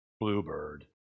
Bluebird